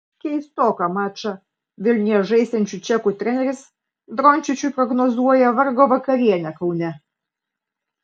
keistoką mačą vilniuje žaisiančių čekų treneris dončičiui prognozuoja vargo vakarienę kaune